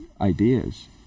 ideas